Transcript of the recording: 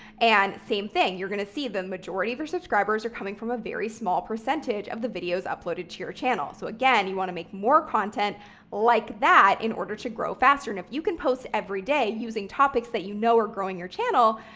and same thing, you're going to see the majority of your subscribers are coming from a very small percentage of the videos uploaded to your channel. so again, you want to make more content like that in order to grow faster. and if you can post every day using topics that you know are growing your channel,